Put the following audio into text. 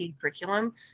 curriculum